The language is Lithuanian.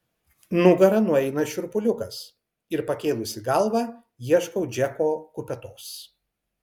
nugara nueina šiurpuliukas ir pakėlusi galvą ieškau džeko kupetos